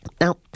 Now